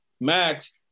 Max